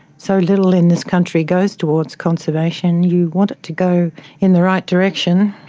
so little in this country goes towards conservation, you want it to go in the right direction.